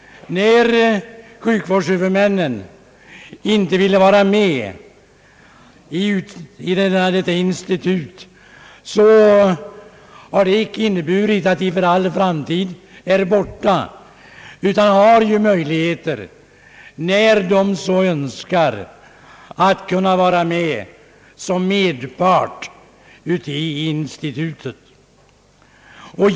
När sjukvårdshuvudmännen inte ville vara med i detta institut innebar det icke att de för all framtid är borta, utan de har möjligheter att när de så önskar bli medpart i institutet.